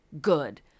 good